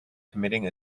committing